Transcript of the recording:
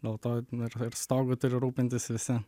nuo to ir ir stogu turi rūpintis visi